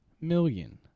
million